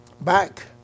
back